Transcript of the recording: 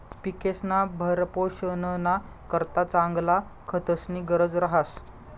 पिकेस्ना भरणपोषणना करता चांगला खतस्नी गरज रहास